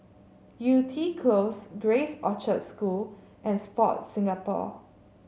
Yew Tee Close Grace Orchard School and Sport Singapore